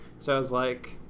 so i was like,